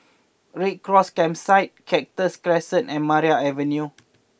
Red Cross Campsite Cactus Crescent and Maria Avenue